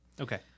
Okay